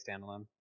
standalone